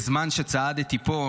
בזמן שצעדתי פה,